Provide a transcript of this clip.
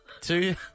two